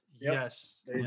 Yes